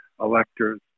electors